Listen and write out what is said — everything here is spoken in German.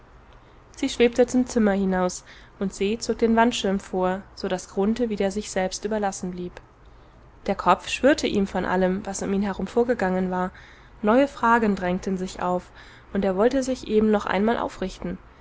sie schwebte zum zimmer hinaus und se zog den wandschirm vor so daß grunthe wieder sich selbst überlassen blieb der kopf schwirrte ihm von allem was um ihn herum vorgegangen war neue fragen drängten sich auf und er wollte sich eben noch einmal aufrichten